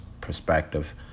perspective